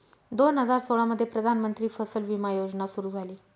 दोन हजार सोळामध्ये प्रधानमंत्री फसल विमा योजना सुरू झाली